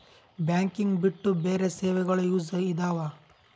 Banking ಬಿಟ್ಟು ಬೇರೆ ಸೇವೆಗಳು ಯೂಸ್ ಇದಾವ?